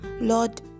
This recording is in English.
Lord